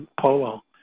polo